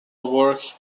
works